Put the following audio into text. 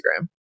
instagram